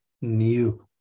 new